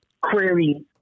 query